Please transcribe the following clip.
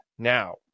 Now